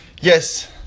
yes